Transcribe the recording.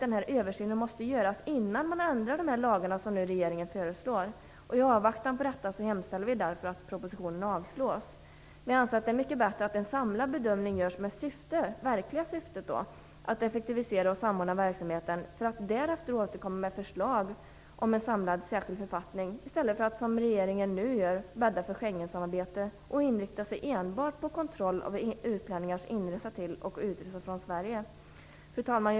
I avvaktan på detta hemställer vi därför att propositionen avslås. Därefter kan man återkomma med förslag om en samlad särskild författning i stället för att, som regeringen nu gör, bädda för Schengensamarbete och enbart inrikta sig på kontroll av utlänningars inresa till och utresa från Sverige. Fru talman!